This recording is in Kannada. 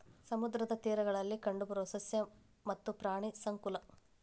ಸಮುದ್ರದ ತೇರಗಳಲ್ಲಿ ಕಂಡಬರು ಸಸ್ಯ ಮತ್ತ ಪ್ರಾಣಿ ಸಂಕುಲಾ